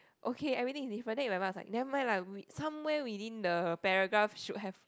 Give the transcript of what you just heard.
okay everything is different then in my mind I was like never mind lah we somewhere within the paragraph should have